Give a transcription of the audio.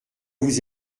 vous